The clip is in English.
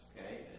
Okay